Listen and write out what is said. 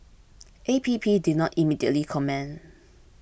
A P P did not immediately comment